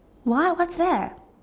what what's that